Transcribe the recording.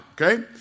Okay